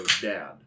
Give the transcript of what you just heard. dad